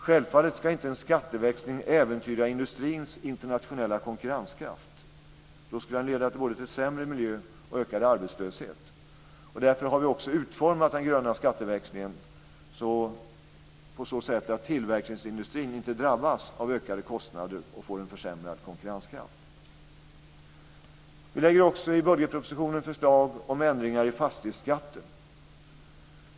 Självfallet ska inte en skatteväxling äventyra industrins internationella konkurrenskraft. Då skulle den leda till både sämre miljö och ökad arbetslöshet. Därför har vi också utformat den gröna skatteväxlingen på ett sådant sätt att tillverkningsindustrin inte drabbas av ökade kostnader och får en försämrad konkurrenskraft. Vi lägger också i budgetpropositionen fram förslag om ändringar i fastighetsskatten.